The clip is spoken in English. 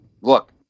look